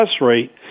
rate